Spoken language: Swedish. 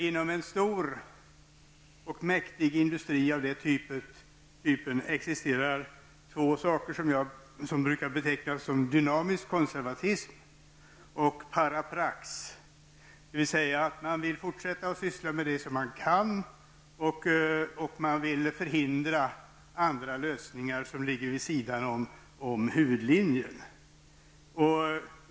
Inom en stor och mäktig industri som bilindustrin existerar två synsätt som brukar betecknas som dynamisk konservatism resp. paraprax. Det senare synsättet innebär att man vill fortsätta att syssla med det man kan och att andra lösningar som ligger vid sidan om huvudlinjen motverkas.